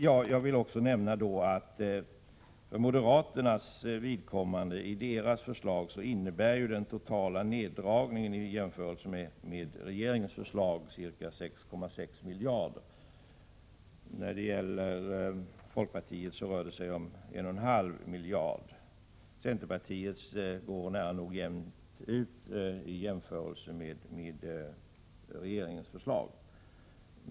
Den totala neddragningen i moderaternas förslag jämfört med regeringens förslag uppgår till ca 6,6 miljarder kronor. I folkpartiets förslag är neddragningen 1,5 miljarder kronor, medan centerns förslag i stort sett går jämnt upp med regeringens förslag.